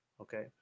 okay